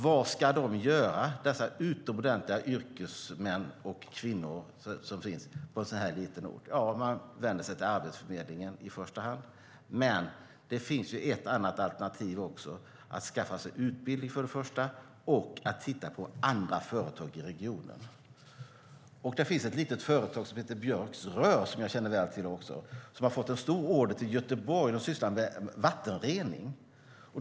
Vad ska de göra, dessa utomordentliga yrkesmän och yrkeskvinnor som finns på en sådan liten ort? De vänder sig till Arbetsförmedlingen i första hand. Men det finns också andra alternativ. De kan för det första skaffa sig utbildning och också titta på andra företag i regionen. Det finns ett litet företag som heter Björks Rostfria, som jag också känner väl till. Det har fått en stor order till Göteborg. Det sysslar med vattenrening.